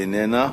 איננה.